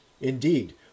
Indeed